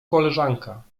koleżanka